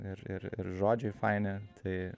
ir ir ir žodžiai faini tai